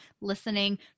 listening